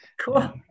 Cool